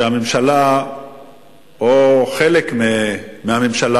שהממשלה או חלק מהממשלה,